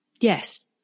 Yes